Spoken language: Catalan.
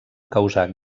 causar